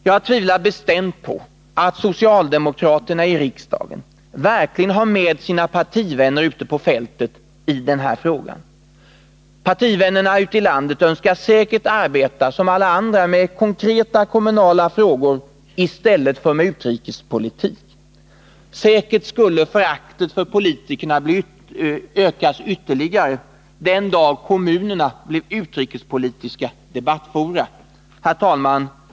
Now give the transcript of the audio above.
Jag tvivlar bestämt på att socialdemokraterna i riksdagen verkligen har med sina partivänner ute på fältet i denna fråga. De önskar säkert som alla andra kommunalpolitiker arbeta med konkreta kommunala frågor i stället för med utrikespolitik. Säkerligen skulle föraktet för politikerna öka ytterligare den dag kommunerna blev utrikespolitiska debattfora. Herr talman!